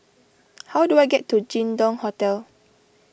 how do I get to Jin Dong Hotel